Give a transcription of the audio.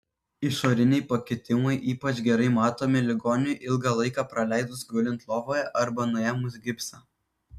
išoriniai pakitimai ypač gerai matomi ligoniui ilgą laiką praleidus gulint lovoje arba nuėmus gipsą